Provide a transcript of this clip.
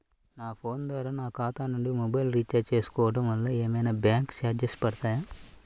నా ఫోన్ ద్వారా నా ఖాతా నుండి మొబైల్ రీఛార్జ్ చేసుకోవటం వలన ఏమైనా బ్యాంకు చార్జెస్ పడతాయా?